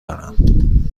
دارم